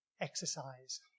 Exercise